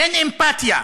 אין אמפתיה.